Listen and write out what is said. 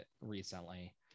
recently